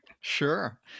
Sure